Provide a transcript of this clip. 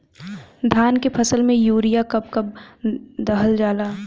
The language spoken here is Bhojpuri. धान के फसल में यूरिया कब कब दहल जाला?